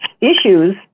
issues